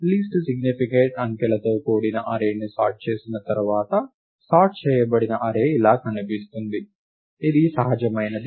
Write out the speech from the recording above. least significant అంకెలతో కూడిన అర్రేని సార్ట్ చేసిన తర్వాత సార్ట్ చేయబడిన అర్రే ఇలా కనిపిస్తుంది ఇది సహజమైనది